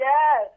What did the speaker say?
Yes